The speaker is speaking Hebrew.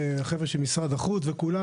החבר'ה של משרד החוץ וכולם.